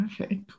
Okay